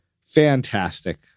Fantastic